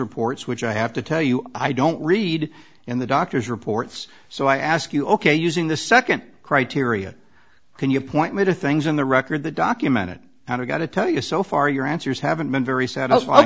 reports which i have to tell you i don't read in the doctors reports so i ask you ok using the second criteria can you point me to things in the record the documented how to got to tell you so far your answers haven't been very satisfied